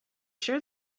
sure